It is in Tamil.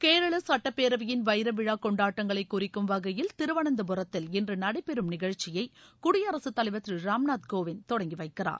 கேரள சுட்டப்பேரவையின் வைர விழா கொண்டாட்டங்களை குறிக்கும் வகையில் திருவனந்தபுரத்தில் இன்று நடைபெறும் நிகழ்ச்சியை குடியரசுத் தலைவர் திரு ராம்நாத் கோவிந்த் தொடங்கி வைக்கிறார்